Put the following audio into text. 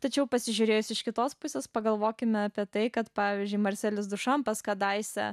tačiau pasižiūrėjus iš kitos pusės pagalvokime apie tai kad pavyzdžiui marcelis dušampas kadaise